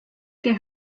que